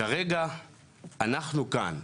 כרגע אנחנו כאן,